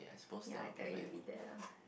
ya I tell you it will be there lah